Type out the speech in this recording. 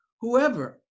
whoever